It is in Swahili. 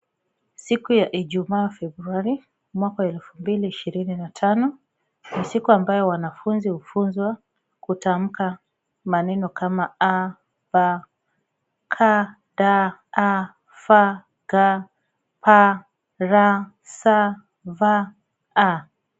Siku ya Ijumaa Februari mwaka wa 2025. Ni siku ambayo wanafunzi hufunzwa kutamka neno kama 'A', 'B', 'C', 'D', 'E', 'F', 'G', 'P', 'R', 'S', 'V', 'Y'.